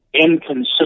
inconsistent